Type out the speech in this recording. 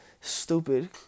stupid